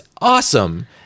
awesome